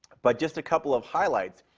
but just a couple of highlights.